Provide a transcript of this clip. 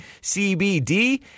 CBD